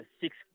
six